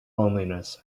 loneliness